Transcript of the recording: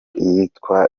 iyitwa